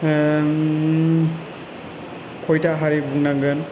ओम खयथा हारि बुंनांगोन